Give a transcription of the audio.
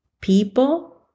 people